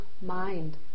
mind